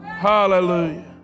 Hallelujah